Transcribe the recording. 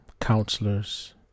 counselors